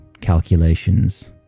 calculations